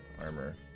armor